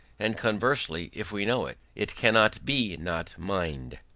and conversely, if we know it, it cannot be not mind.